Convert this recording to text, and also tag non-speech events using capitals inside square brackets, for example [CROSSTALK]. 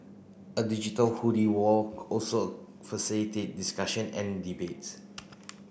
a digital [UNINTELLIGIBLE] wall also facilitate discussion and debates